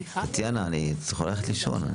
טטיאנה, את יכולה ללכת לישון.